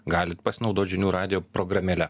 galit pasinaudot žinių radijo programėle